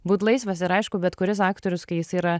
būt laisvas ir aišku bet kuris aktorius kai jis yra